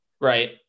Right